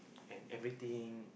and everything